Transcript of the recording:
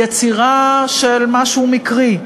יצירה של משהו מקרי,